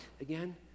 again